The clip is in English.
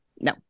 no